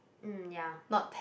mm ya